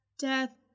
Death